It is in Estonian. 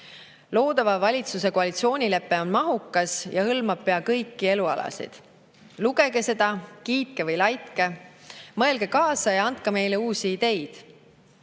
Loodava valitsuse koalitsioonilepe on mahukas ja hõlmab peaaegu kõiki elualasid. Lugege seda, kiitke või laitke, mõelge kaasa ja andke meile uusi ideid.